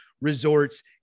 resorts